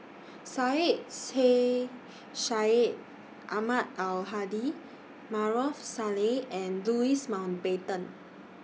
Syed Sheikh Syed Ahmad Al Hadi Maarof Salleh and Louis Mountbatten